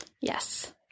Yes